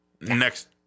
next